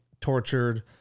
tortured